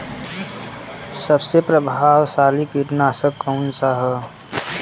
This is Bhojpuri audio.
सबसे प्रभावशाली कीटनाशक कउन सा ह?